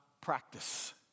practice